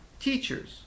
teachers